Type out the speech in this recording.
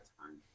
time